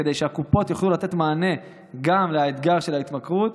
כדי שהקופות יוכלו לתת מענה גם לאתגר של ההתמכרות